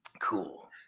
cool